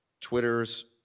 Twitter's